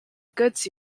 goods